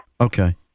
Okay